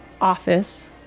office